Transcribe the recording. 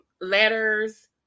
letters